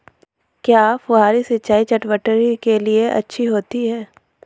क्या फुहारी सिंचाई चटवटरी के लिए अच्छी होती है?